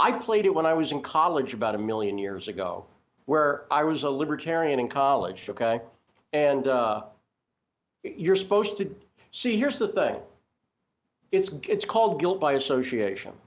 i played it when i was in college about a million years ago where i was a libertarian in college and you're supposed to see here's the thing it's gets called guilt by association